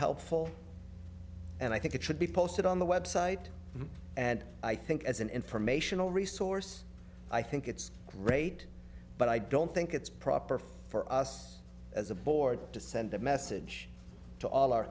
helpful and i think it should be posted on the website and i think as an informational resource i think it's great but i don't think it's proper for us as a board to send a message to all our